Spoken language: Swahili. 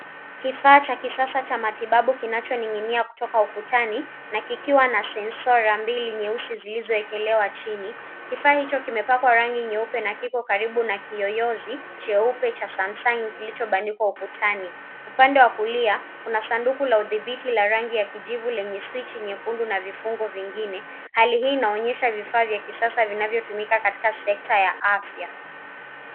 Kifaa cha kisasa cha matibabu kikiwa na ngoma kutoka ukutani na sensa mbili zilizo imewekwa chini, kimepewa rangi nyeupe na kiko karibu na kiyoyozi chenye rangi nyeupe kilichowekwa ukutani. Upande wa kulia kuna sanduku lenye rangi ya kijivu, swichi nyekundu, na vifungo vingine. Hali hii inaonyesha vifaa vya kisasa vinavyotumika katika sekta ya afya.